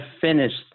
finished